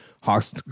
Hawks